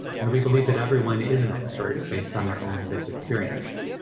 and we believe that everyone is an expert based on their own lived experience.